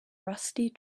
rusty